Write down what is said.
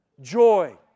Joy